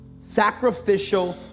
Sacrificial